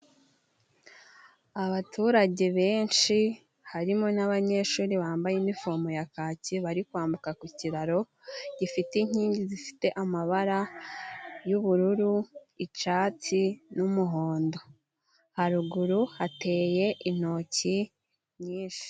Abaturage benshi harimo n'abanyeshuri bambaye inifomu ya kaki, bari kwambuka ku kiraro gifite inkingi zifite amabara y'ubururu icyatsi n'umuhondo. Haruguru hateye intoki nyinshi.